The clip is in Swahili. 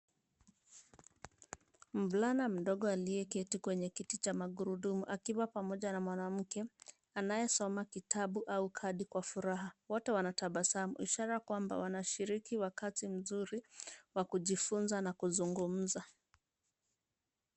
Mvulana mdogo aliyeketi kwenye kiti cha magurudumu akiwa pamoja na mwanamke anayesoma kitabu au kadi kwa furaha. Wote wanatabasamu, ishara kwamba wanashiriki wakati mzuri wa kujifunza na kuzungumza.